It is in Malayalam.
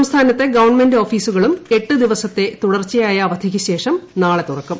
സംസ്ഥാന ഗവൺമെന്റ് ഓഫീസുകളും എട്ടു ദിവസത്തെ തുടർച്ചയായ അവധിക്ക് ശേഷം നാളെ തുറക്കും